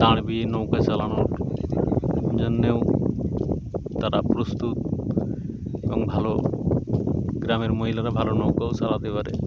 দাঁড় দিয়ে নৌকো চালানোর জন্যেও তারা প্রস্তুত এবং ভালো গ্রামের মহিলারা ভালো নৌকোও চালাতে পারে